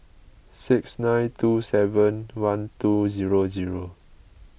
six nine two seven one two zero zero